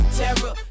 terror